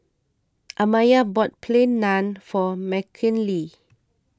Amaya bought Plain Naan for Mckinley